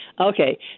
Okay